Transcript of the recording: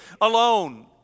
alone